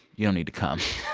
you don't need to come